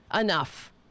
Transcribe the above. Enough